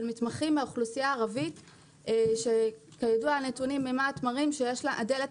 מתמחים מהאוכלוסייה הערבית שכידוע הנתונים ממה"ט מראים שדלת